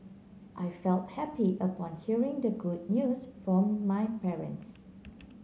I felt happy upon hearing the good news from my parents